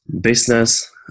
business